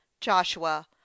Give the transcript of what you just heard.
Joshua